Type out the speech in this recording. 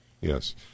Yes